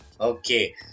okay